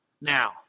Now